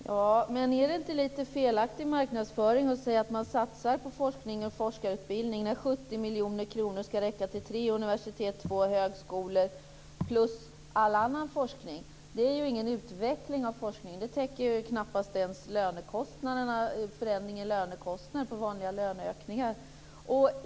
Fru talman! Är det inte lite felaktig marknadsföring att säga att man satsar på forskning och forskarutbildning när 70 miljoner kronor skall räcka till tre universitet och två högskolor plus all annan forskning? Det är ingen utveckling av forskningen. Det täcker knappast ens förändringen av lönekostnaderna till följd av vanliga löneökningar.